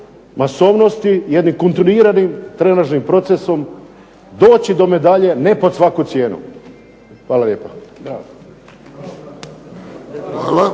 masovnosti jednim kontinuiranim ... procesom doći do medalje, ne pod svaku cijenu. Hvala lijepa.